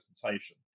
presentation